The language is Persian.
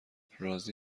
راضی